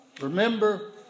Remember